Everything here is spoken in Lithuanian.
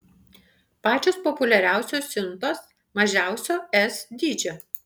pačios populiariausios siuntos mažiausio s dydžio